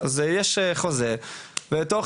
אז יש חוזה ותוך,